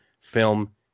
film